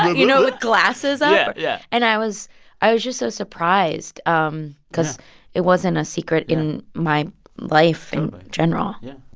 you know, with glasses up yeah and i was i was just so surprised um because it wasn't a secret in my life in general yeah